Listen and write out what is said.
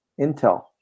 intel